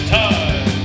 time